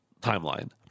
timeline